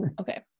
Okay